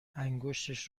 انگشتش